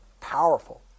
powerful